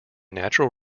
natural